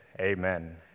Amen